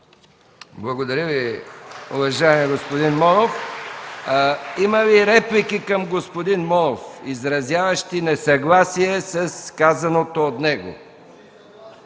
Благодаря, господин Монов. Има ли реплики към господин Монов, изразяващи несъгласие с казаното от него?